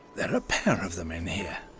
there are a pair of them in here.